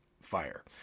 fire